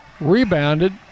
Rebounded